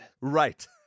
Right